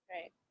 Right